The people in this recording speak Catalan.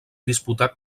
disputà